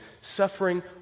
suffering